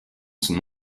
son